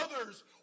others